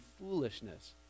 foolishness